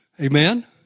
Amen